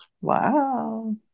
Wow